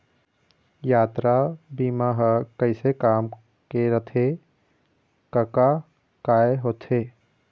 यातरा बीमा ह कइसे काम के रथे कका काय होथे?